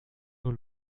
nur